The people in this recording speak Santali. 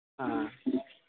ᱦᱮᱸ